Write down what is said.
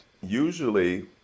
usually